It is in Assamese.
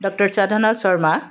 ডক্টৰ চাধনা শৰ্মা